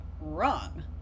Wrong